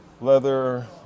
leather